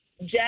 Jeff